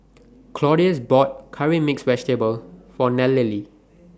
Claudius bought Curry Mixed Vegetable For Nallely